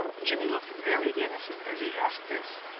jimmy looked very innocent as he asked this.